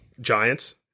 Giants